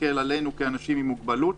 להסתכל עלינו כאנשים עם מוגבלות,